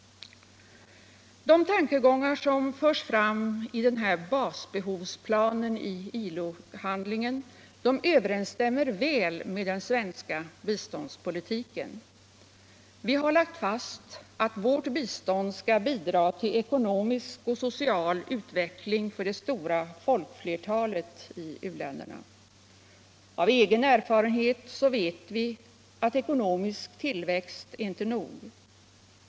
De tankegångar som förs fram i ILO-handlingarnas basbehovsplan överensstämmer väl med den svenska biståndspolitiken. Vi har lagt fast att vårt bistånd skall bidra till ekonomisk och social utveckling för det stora folkflertalet i u-länderna. Av egen erfarenhet vet vi att ekonomisk tillväxt inte är nog.